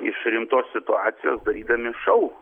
iš rimtos situacijos darydami šou